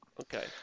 Okay